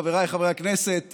חבריי חברי הכנסת,